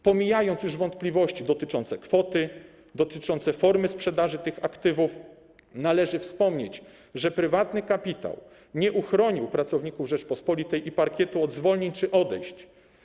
Pomijając już wątpliwości dotyczące kwoty i formy sprzedaży tych aktywów, należy wspomnieć, że prywatny kapitał nie uchronił pracowników „Rzeczpospolitej” i „Parkietu” od zwolnień czy odejść.